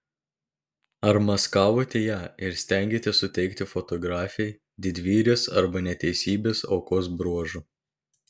ar maskavote ją ir stengėtės suteikti fotografei didvyrės arba neteisybės aukos bruožų